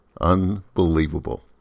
Unbelievable